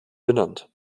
benannt